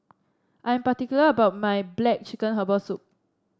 I am particular about my black chicken Herbal Soup